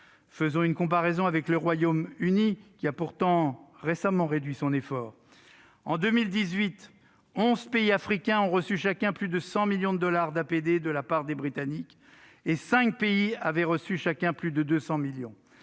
Faisons une comparaison avec le Royaume-Uni, qui, certes, a récemment réduit son effort. En 2018, quelque 11 pays africains ont reçu chacun plus de 100 millions de dollars d'APD des Britanniques et 5 pays chacun plus de 200 millions